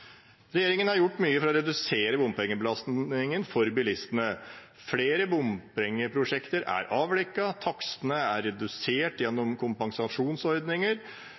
Regjeringen har gjort mye for å redusere bompengebelastningen for bilistene. Flere bompengeprosjekter er avviklet, takstene er redusert gjennom kompensasjonsordninger